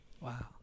wow